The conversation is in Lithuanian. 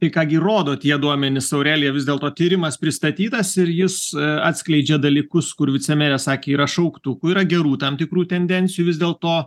tai ką gi rodo tie duomenys aurelija vis dėlto tyrimas pristatytas ir jis atskleidžia dalykus kur vicemerė sakė yra šauktukų yra gerų tam tikrų tendencijų vis dėlto